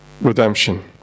redemption